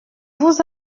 vous